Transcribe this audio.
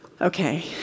Okay